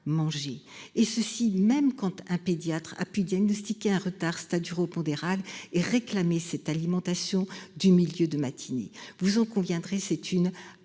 et ceci même quand un pédiatre a pu diagnostiquer un retard c'est-à-dire au pondéral et réclamé cette alimentation du milieu de matinée. Vous en conviendrez c'est une aberration